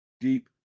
deep